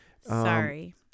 sorry